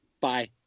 Bye